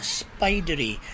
spidery